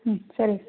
ಹ್ಞೂ ಸರಿ ಸರ್